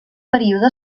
període